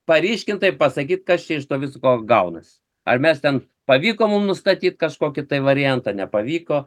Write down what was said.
paryškintai pasakyt kasčia iš to visko gaunasi ar mes ten pavyko mum nustatyti kažkokį variantą nepavyko